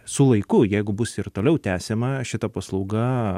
su laiku jeigu bus ir toliau tęsiama šita paslauga